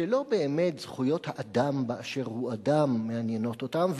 שלא באמת זכויות האדם באשר הוא אדם מעניינות אותם,